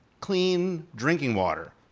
clean drinking water,